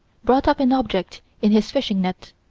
brought up an object in his fishing net.